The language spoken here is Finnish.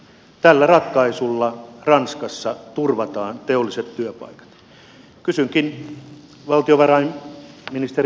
tällä ratkaisulla ranskassa turvataan teolliset työpaikat